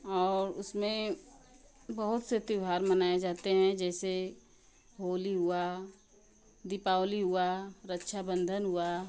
और उसमें बहुत से त्यौहार मनाए जाते हैं जैसे होली हुआ दीपावली हुआ रक्षाबंधन हुआ